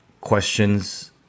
questions